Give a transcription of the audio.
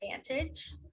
advantage